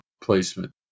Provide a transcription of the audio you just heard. placement